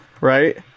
right